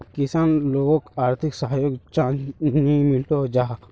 किसान लोगोक आर्थिक सहयोग चाँ नी मिलोहो जाहा?